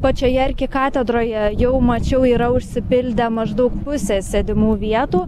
pačioje arkikatedroje jau mačiau yra užsipildę maždaug pusė sėdimų vietų